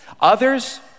Others